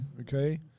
okay